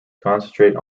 concentrate